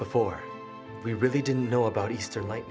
before we really didn't know about easter